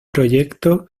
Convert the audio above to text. proyecto